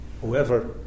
whoever